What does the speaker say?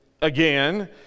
again